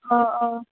آ آ